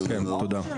ישי.